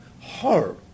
horror